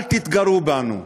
אל תתגרו בנו.